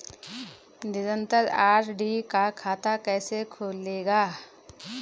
निरन्तर आर.डी का खाता कैसे खुलेगा?